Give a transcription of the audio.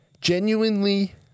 genuinely